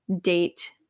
date